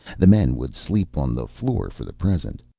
the men would sleep on the floor for the present.